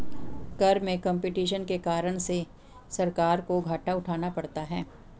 कर में कम्पटीशन के कारण से सरकार को घाटा उठाना पड़ता है